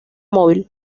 móvil